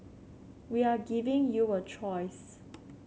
we are giving you a choice